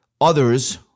Others